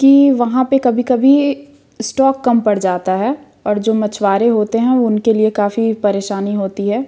कि वहाँ पे कभी कभी स्टॉक कम पड़ जाता है और जो मछुवारे होते हैं वह उनके लिए काफ़ी परेशानी होती है